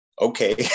okay